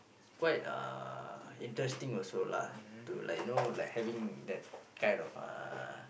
quite uh interesting also lah to like you know like having that kind of uh